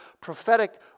prophetic